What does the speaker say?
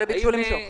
-- וביקשו למשוך.